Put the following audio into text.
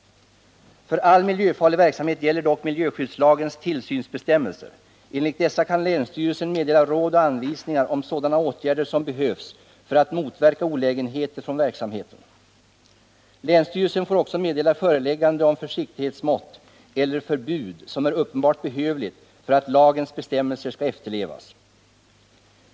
För all miljöfarlig verksamhet gäller dock miljöskyddslagens tillsynsbestämmelser. Enligt dessa kan länsstyrelsen meddela råd och anvisningar om sådana åtgärder som behövs för att motverka olägenheter från verksamheten. Länsstyrelsen får också meddela föreläggande om försiktighetsmått eller förbud som är uppenbart behövligt för att lagens bestämmelser skall efterlevas.